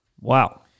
Wow